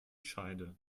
scheide